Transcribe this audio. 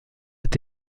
est